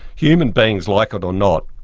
human beings, like it or not,